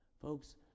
Folks